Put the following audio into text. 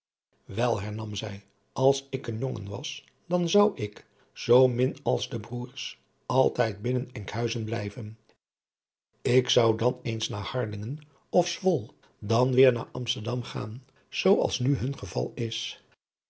wel hernam zij als ik een jongen was dan zou ik zoo min als de broêrs altijd binnen enkhuizen blijven ik zou dan eens naar harlingen of zwol dan weêr naar amsterdam gaan adriaan loosjes pzn het leven van hillegonda buisman zoo als nu hun geval is